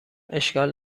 اشکال